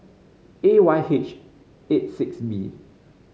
A Y H eight six B